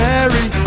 Mary